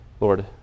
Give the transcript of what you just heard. Lord